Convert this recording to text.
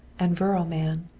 and virile man.